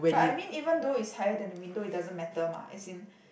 but I mean even though it's higher than the window it doesn't matter mah as in